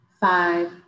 five